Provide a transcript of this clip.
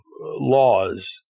laws